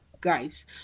guys